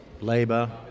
Labour